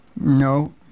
No